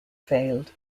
failed